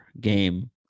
game